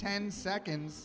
ten seconds